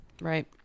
right